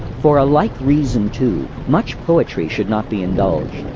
for a like reason, too, much poetry should not be indulged.